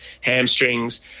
hamstrings